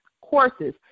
courses